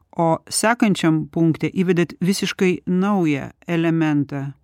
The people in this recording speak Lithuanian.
o sekančiam punkte įvedėt visiškai naują elementą